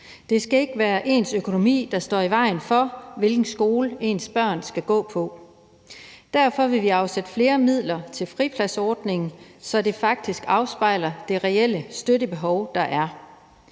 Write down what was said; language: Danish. Det skal ikke være ens økonomi, der står i vejen for, om ens børn skal gå på den ene eller den anden skole. Derfor vil vi afsætte flere midler til fripladsordningen, så den faktisk afspejler det reelle støttebehov, der er.